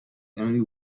enemy